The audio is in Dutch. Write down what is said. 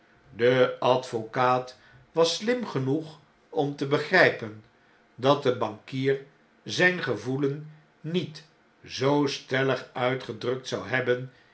de advocaat was slim genoeg om te begrjjpen dat de bankier zijn gevoelen niet zoo stellig uitgedrukt zou hebben